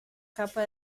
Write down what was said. capa